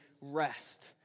rest